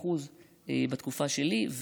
ב-40% בתקופה שלי,